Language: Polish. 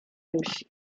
musi